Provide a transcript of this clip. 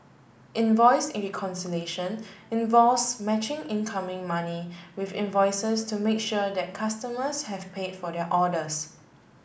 invoice reconciliation involves matching incoming money with invoices to make sure that customers have paid for their orders